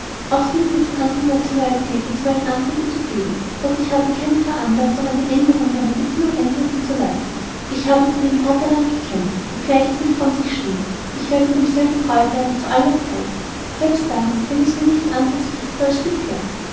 auch sind mir von anderen nationalitäten zuweilen anträge zugegangen doch habe ich keine veranlassung eine aenderung meiner gesinnung eintreten zu lassen ich habe für mein vaterland gekämpft obgleich es mich von sich stieß ich werde demselben treu bleiben zu aller zeit selbst dann wenn es mir nichts anderes bietet als bisher